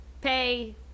pay